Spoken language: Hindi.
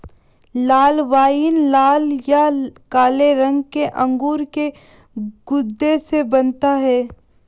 लाल वाइन लाल या काले रंग के अंगूर के गूदे से बनता है